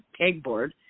pegboard